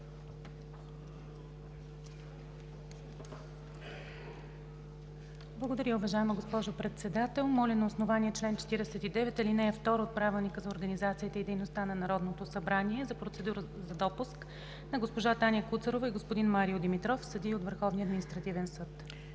Благодаря, уважаема госпожо Председател. Моля на основание чл. 49, ал. 2 от Правилника за организацията и дейността на Народното събрание за процедура за допуск на госпожа Таня Куцарова и господин Марио Димитров – съдии от Върховния административен съд.